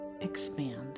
expand